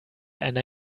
einer